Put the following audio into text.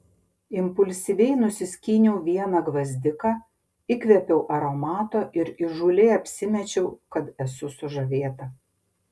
impulsyviai nusiskyniau vieną gvazdiką įkvėpiau aromato ir įžūliai apsimečiau kad esu sužavėta